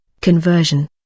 conversion